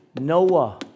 Noah